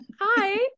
Hi